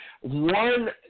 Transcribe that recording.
One